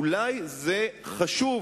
אולי זה חשוב,